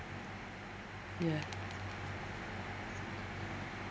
ya